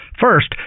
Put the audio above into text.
First